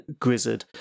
Grizzard